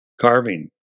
carving